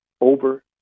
over